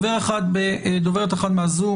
דוברת אחת בזום,